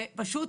ופשוט